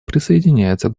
присоединяется